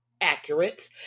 accurate